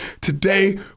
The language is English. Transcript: Today